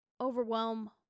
overwhelm